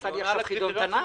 אתה עושה לי חידון תנ"ך?